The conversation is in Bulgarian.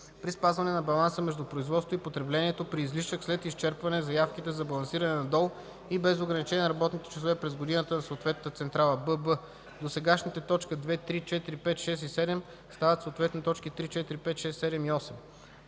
при спазване на баланса между производството и потреблението при излишък, след изчерпване на заявките за балансиране надолу и без ограничение на работните часове през годината на съответната централа;” бб) досегашните т. 2, 3, 4, 5, 6 и 7 стават съответно т. 3, 4, 5, 6, 7 и 8.